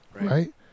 right